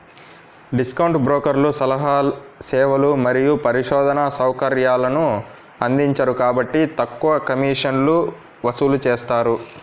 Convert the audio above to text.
discount బ్రోకర్లు సలహా సేవలు మరియు పరిశోధనా సౌకర్యాలను అందించరు కాబట్టి తక్కువ కమిషన్లను వసూలు చేస్తారు